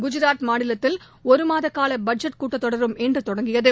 குஜராத் மாநிலத்தில் ஒருமாதகாவபட்ஜெட் கூட்டத்தொடரும் இன்றுதொடங்கியது